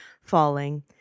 falling